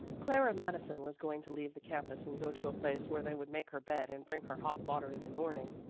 clara madison was going to leave the campus and go to a place where they would make her bed and bring her hot water in the morning.